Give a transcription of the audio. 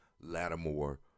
Lattimore